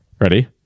Ready